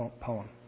poem